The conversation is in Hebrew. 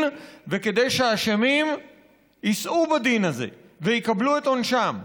וכדי שהאשמים יישאו בדין הזה ויקבלו את עונשם.